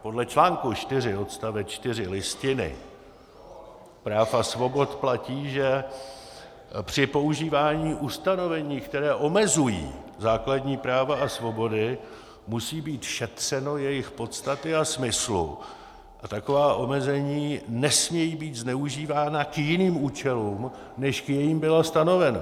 Podle článku 4 odst. 4 Listiny práv a svobod platí, že při používání ustanovení, která omezují základní práva a svobody, musí být šetřeno jejich podstaty a smyslu a taková omezení nesmějí být zneužívána k jiným účelům, než k jakým byla stanovena.